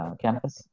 campus